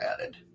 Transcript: added